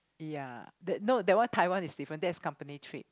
ya no that one Taiwan is different that's company trip